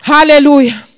Hallelujah